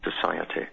society